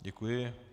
Děkuji.